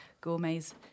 gourmets